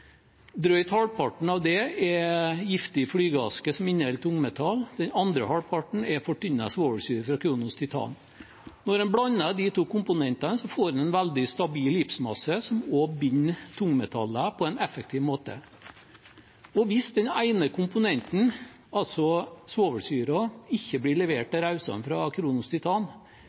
Drøyt halvparten av det er giftig flygeaske som inneholder tungmetaller, den andre halvparten er fortynnet svovelsyre fra Kronos Titan. Når en blander disse to komponentene, får en en veldig stabil gipsmasse som også binder tungmetaller på en effektiv måte. Hvis den ene komponenten, altså svovelsyren, ikke blir levert til Raudsand fra Kronos Titan,